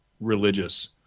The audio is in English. religious